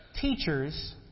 Teachers